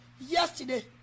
yesterday